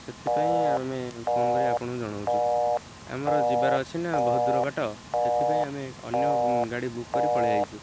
ସେଥିପାଇଁ ଆମେ ଫୋନ୍ କରି ଆପଣଙ୍କୁ ଜଣଉଛୁ ଆମର ଯିବାର ଅଛି ନା ବହୁ ଦୂର ବାଟ ସେଥିପାଇଁ ଆମେ ଅନ୍ୟ ଗାଡ଼ି ବୁକ୍ କରି ପଳେଇଆଇଛୁ